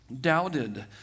Doubted